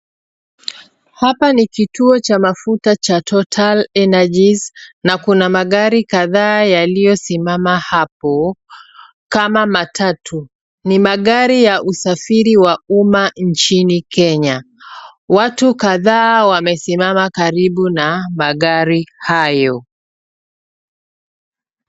Hapa ni kituo cha mafuta cha Total Energies na kuna magari kadhaa yaliyosimama hapo, kama matatu. Ni magari ya usafiri wa umma nchini Kenya. Watu kadhaa wamesimama karibu na magari hayo.